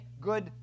good